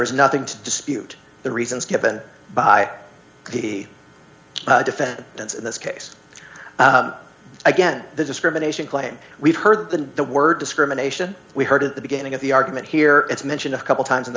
was nothing to dispute the reasons given by the defense in this case again the discrimination claim we've heard than the word discrimination we heard at the beginning of the argument here it's mentioned a couple times in